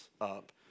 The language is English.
up